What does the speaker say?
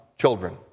children